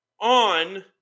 on